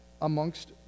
amongst